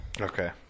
Okay